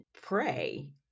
pray